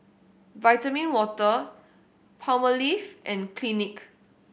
Vitamin Water Palmolive and Clinique